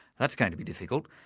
that's going to be difficult.